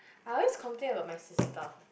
I always complain about my sister